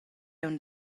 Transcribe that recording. aunc